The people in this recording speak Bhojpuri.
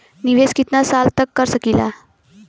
निवेश कितना साल तक कर सकीला?